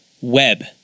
web